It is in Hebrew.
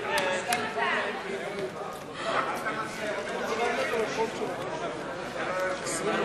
ההצעה להסיר מסדר-היום את הצעת חוק השכירות והשאילה (תיקון,